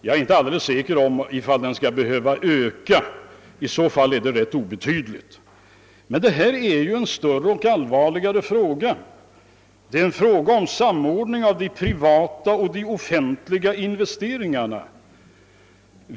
Jag är inte säker på att den skall behöva öka men i så fall blir det rätt obetydligt. Men detta är en större och allvarligare fråga än så; det är en fråga om samordningen av de privata och de offentliga investeringarna.